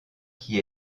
qui